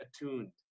attuned